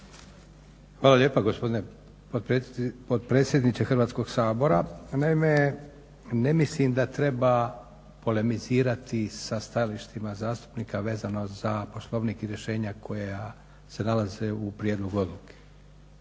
Hvala lijepo gospodine potpredsjedniče Hrvatskog sabora. Naime, ne mislim da treba polemizirati sa stajalištima zastupnika vezano za Poslovnik i rješenja koja se nalaze u prijedlogu odluke.